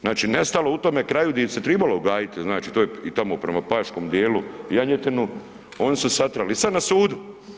Znači, nestalo u tome kraju di ih se trebalo gajiti, znači to je i tamo prema paškom dijelu janjetinu oni su satrali i sad na sudu.